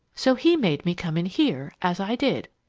so he made me come in here, as i did.